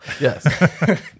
Yes